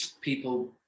people